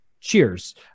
cheers